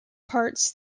parts